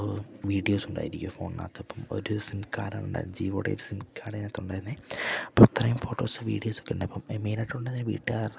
വീഡിയോസുണ്ടായിരിക്ക ഫോണിനകത്ത്പ്പം ഒരു സിം കാർഡാണൊണ്ടായിരുന്നെ ജിയോടെ ഒരു സിം കാർഡയിനകത്ത് ഉണ്ടായിരുന്നെ അപ്പൊ ഇത്രയും ഫോട്ടോസ് വീഡിയോസൊക്കെ ഉണ്ട് അപ്പം മെയിനായിട്ടുണ്ടന്ന വീട്ടുകാർടേം